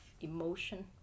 emotion